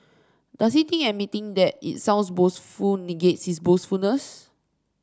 does he think admitting that it sounds boastful negates his boastfulness